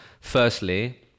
Firstly